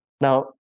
Now